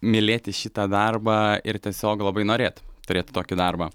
mylėti šitą darbą ir tiesiog labai norėt turėti tokį darbą